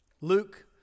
Luke